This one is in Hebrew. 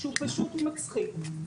שהוא פשוט מצחיק.